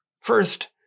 First